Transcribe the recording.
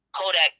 Kodak